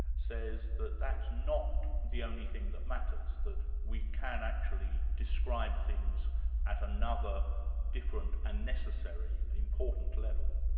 says that that's not the only thing that matters, that we can actually describe things at another different and necessary important level.